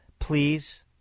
Please